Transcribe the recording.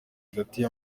hagati